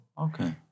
Okay